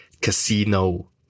casino